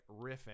riffing